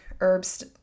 herbs